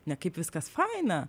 ne kaip viskas faina